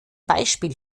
beispiel